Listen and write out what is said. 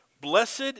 Blessed